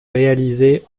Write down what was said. réalisés